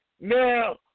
Now